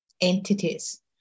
entities